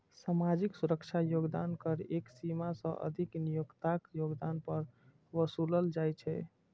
सामाजिक सुरक्षा योगदान कर एक सीमा सं अधिक नियोक्ताक योगदान पर ओसूलल जाइ छै